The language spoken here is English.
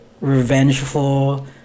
revengeful